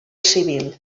civil